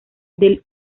del